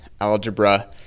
algebra